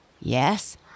Yes